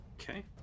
Okay